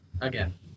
Again